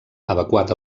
evacuat